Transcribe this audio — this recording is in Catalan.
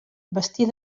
vestir